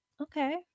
Okay